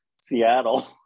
Seattle